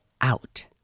out